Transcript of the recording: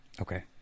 Okay